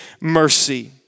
mercy